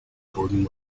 gordon